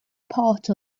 part